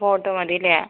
photo മതി അല്ലേ